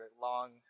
long